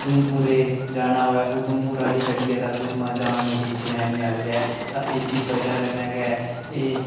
उधमपुरै गी जाना होए उधमपुरै आह्ली गड्डियै तां खुश्बा जान उठी चनैह्नी आह्लियै तां एह्दी बजह कन्नै गै एह्